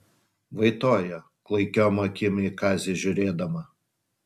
vaitojo klaikiom akim į kazį žiūrėdama